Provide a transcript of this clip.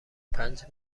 پنج